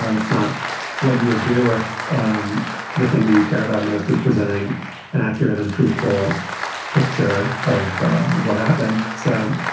um it's not what you would do if um the thing that you care about most is presenting an accurate and truthful picture of ah of what happened. so,